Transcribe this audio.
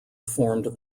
formed